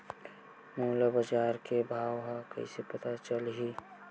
मोला बजार के भाव ह कइसे पता चलही?